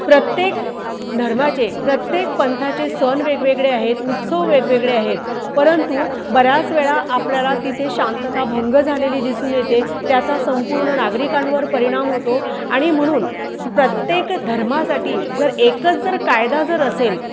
प्रत्येक धर्माचे प्रत्येक पंथाचे सण वेगवेगळे आहेत उत्सव वेगवेगळे आहेत परंतु बऱ्याच वेळा आपल्याला तिथे शांतताभंग झालेली दिसून येते त्याचा संपूर्ण नागरिकांवर परिणाम होतो आणि म्हणून प्रत्येक धर्मासाठी जर एकच जर कायदा जर असेल